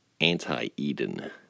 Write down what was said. anti-Eden